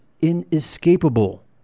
inescapable